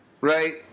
right